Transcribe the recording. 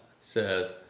says